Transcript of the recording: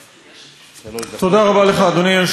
היושב-ראש.